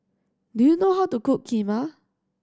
do you know how to cook Kheema